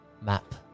map